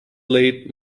late